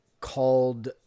called